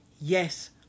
Yes